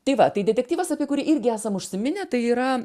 tai va tai detektyvas apie kurį irgi esam užsiminę tai yra